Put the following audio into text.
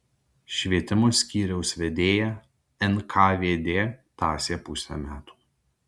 švietimo skyriaus vedėją nkvd tąsė pusę metų